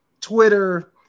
Twitter